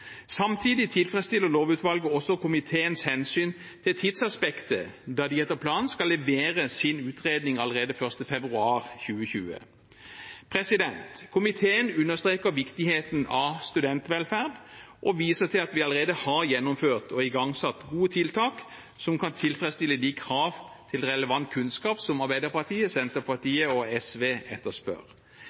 Samtidig tilfredsstiller lovutvalget komiteens hensyn til tidsaspektet da de etter planen skal levere sin utredning allerede 1. februar 2020. Komiteen understreker viktigheten av studentvelferd og viser til at vi allerede har gjennomført og igangsatt gode tiltak som kan tilfredsstille de krav til relevant kunnskap som Arbeiderpartiet, Senterpartiet og SV etterspør.